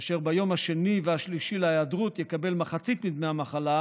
כאשר ביום השני והשלישי להיעדרות הוא יקבל מחצית מדמי המחלה,